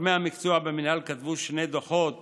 גורמי המקצוע במינהל כתבו שני דוחות